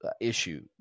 issue